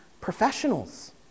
professionals